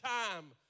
time